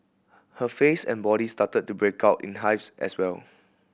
her face and body started to break out in hives as well